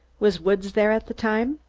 was woods there at the time?